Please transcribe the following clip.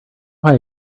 why